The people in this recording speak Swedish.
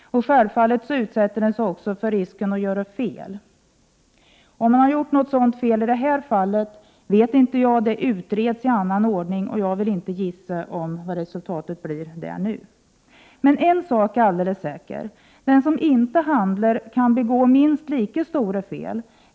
Självfallet utsätter man sig också för risken att göra fel. Om man har gjort något sådant fel i det här fallet vet inte jag. Det utreds i annan ordning, och jag vill inte gissa vilket resultat man kommer fram till. Men en sak är alldeles säker. Den som inte handlar kan begå minst lika stora fel.